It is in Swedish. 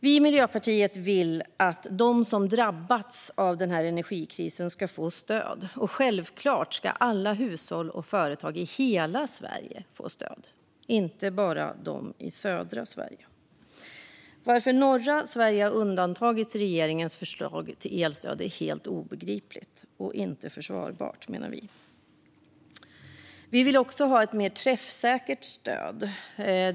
Vi i Miljöpartiet vill att de som drabbats av energikrisen ska få stöd. Självklart ska alla hushåll och företag i hela Sverige få stöd, inte bara de i södra Sverige. Varför norra Sverige har undantagits i regeringens förslag till elstöd är helt obegripligt och inte försvarbart, menar vi. Vi vill också ha ett mer träffsäkert stöd.